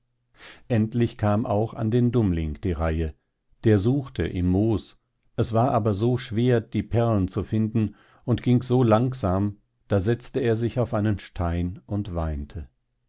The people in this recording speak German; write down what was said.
endlich kam auch an den dummling die reihe der suchte im moos es war aber so schwer die perlen zu finden und ging so langsam da setzte er sich auf einen stein und weinte